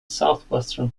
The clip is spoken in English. southwestern